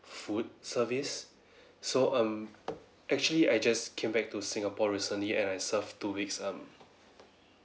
food service so um actually I just came back to singapore recently and I serve two weeks um